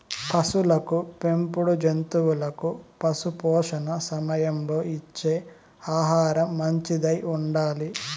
పసులకు పెంపుడు జంతువులకు పశుపోషణ సమయంలో ఇచ్చే ఆహారం మంచిదై ఉండాలి